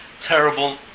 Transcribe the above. terrible